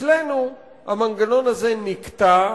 אצלנו המנגנון הזה נקטע,